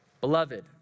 Beloved